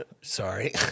Sorry